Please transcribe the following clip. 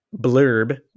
blurb